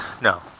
No